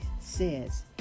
says